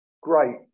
great